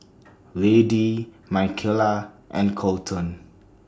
Lady Michaela and Kolton